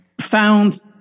found